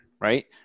right